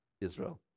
Israel